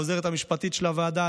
העוזרת המשפטית של הוועדה,